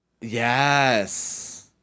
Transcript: Yes